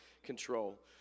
control